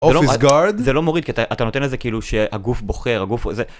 of his guard. - זה לא מוריד, כי אתה... אתה נותן לזה, כאילו, שהגוף בוחר, הגוף, זה...